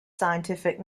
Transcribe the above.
scientific